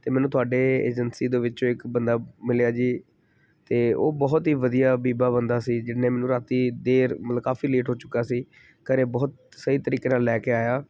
ਅਤੇ ਮੈਨੂੰ ਤੁਹਾਡੇ ਏਜੰਸੀ ਦੇ ਵਿੱਚੋਂ ਇੱਕ ਬੰਦਾ ਮਿਲਿਆ ਜੀ ਅਤੇ ਉਹ ਬਹੁਤ ਹੀ ਵਧੀਆ ਬੀਬਾ ਬੰਦਾ ਸੀ ਜਿਹਨੇ ਮੈਨੂੰ ਰਾਤੀ ਦੇਰ ਮਤਲਬ ਕਾਫੀ ਲੇਟ ਹੋ ਚੁੱਕਾ ਸੀ ਘਰੇ ਬਹੁਤ ਸਹੀ ਤਰੀਕੇ ਨਾਲ ਲੈ ਕੇ ਆਇਆ